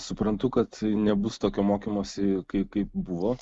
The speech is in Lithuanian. suprantu kad nebus tokio mokymosi kai kaip buvo